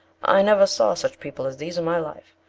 i never saw such people as these in my life.